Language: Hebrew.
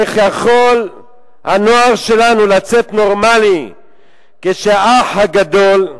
איך יכול הנוער שלנו לצאת נורמלי כש"האח הגדול"